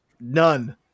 none